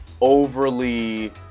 overly